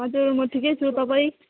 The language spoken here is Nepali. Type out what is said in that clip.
हजुर म ठिकै छु तपाईँ